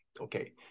Okay